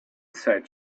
said